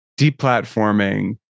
deplatforming